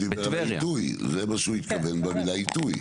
זה מה שהוא התכוון במילה 'עיתוי'.